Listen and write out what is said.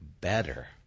better